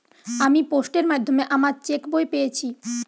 আমি পোস্টের মাধ্যমে আমার চেক বই পেয়েছি